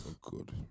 good